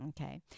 Okay